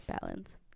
balance